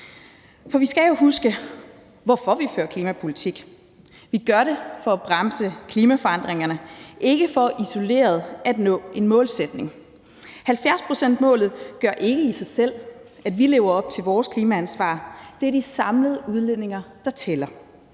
for vi skal jo huske, hvorfor vi fører klimapolitik. Vi gør det for at bremse klimaforandringerne, ikke for isoleret at nå en målsætning. 70-procentsmålet gør ikke i sig selv, at vi lever op til vores klimaansvar, det er de samlede udledninger, der tæller,